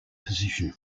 position